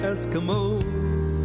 Eskimos